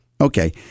Okay